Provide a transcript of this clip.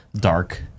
dark